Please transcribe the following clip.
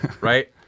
Right